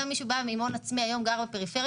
גם מי שבא עם הון עצמי וגר בפריפריה